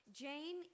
Jane